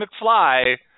mcfly